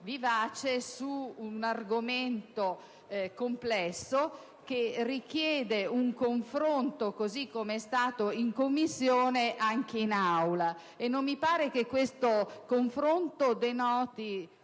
vivace su un argomento complesso, che richiede un confronto - così come è stato in Commissione - anche in Aula. Non mi sembra che questo confronto denoti